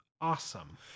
awesome